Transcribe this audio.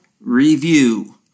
review